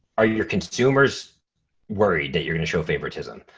are your consumers worried that you're gonna show favoritism?